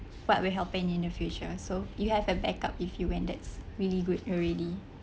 what will happen in the future so you have a backup if you went that's really good already